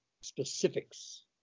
specifics